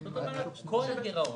כלומר זה כל הגירעון.